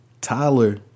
Tyler